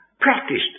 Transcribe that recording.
practiced